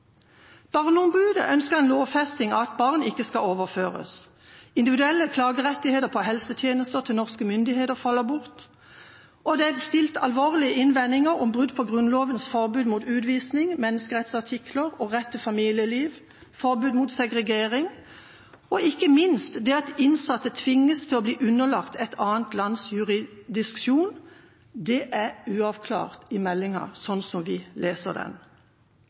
Barneombudet ønsker en lovfesting av at barn ikke skal overføres. Individuelle klagerettigheter på helsetjenester til norske myndigheter faller bort, og det er kommet alvorlige innvendinger mot brudd på Grunnlovens forbud mot utvisning. Menneskerettsartikler om rett til familieliv, forbud mot segregering og ikke minst det at innsatte tvinges til å bli underlagt et annet lands jurisdiksjon, er uavklart i meldinga, sånn som vi leser den.